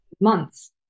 months